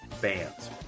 bands